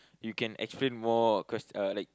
you can explain more cause uh like